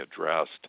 addressed